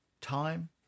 Time